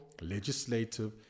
legislative